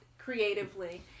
Creatively